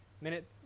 Minute